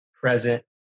present